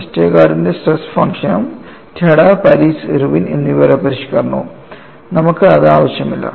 വെസ്റ്റർഗാർഡിന്റെ സ്ട്രെസ് ഫംഗ്ഷനും Tada Paris Irwin എന്നിവരുടെ പരിഷ്കരണവും നമുക്ക് അത് ആവശ്യമില്ല